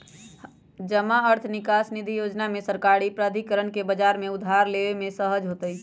जमा अर्थ विकास निधि जोजना में सरकारी प्राधिकरण के बजार से उधार लेबे में सहज होतइ